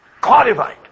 qualified